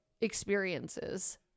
experiences